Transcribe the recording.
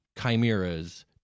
chimeras